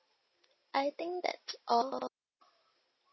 I think that's all